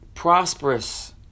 prosperous